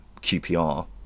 QPR